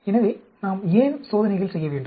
எனவே நாம் ஏன் சோதனைகள் செய்ய வேண்டும்